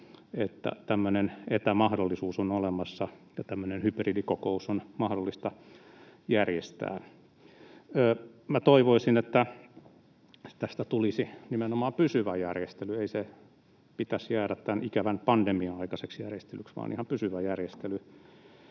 että tämmöinen etämahdollisuus on olemassa ja tämmöinen hybridikokous on mahdollista järjestää. Minä toivoisin, että tästä tulisi nimenomaan pysyvä järjestely. Ei sen pitäisi jäädä tämän ikävän pandemian aikaiseksi järjestelyksi, vaan ihan pysyvä järjestely.